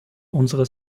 unsere